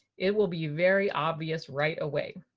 it will be very obvious right away.